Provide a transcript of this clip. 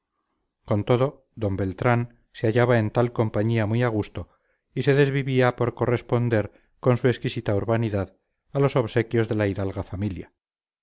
con todo d beltrán se hallaba en tal compañía muy a gusto y se desvivía por corresponder con su exquisita urbanidad a los obsequios de la hidalga familia